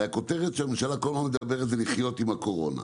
והכותרת שהממשלה כל הזמן מדבררת זה לחיות עם הקורונה.